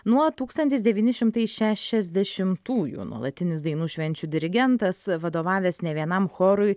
nuo tūkstantis devyni šimtai šešiasdešimtųjų nuolatinis dainų švenčių dirigentas vadovavęs ne vienam chorui